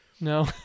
No